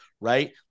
right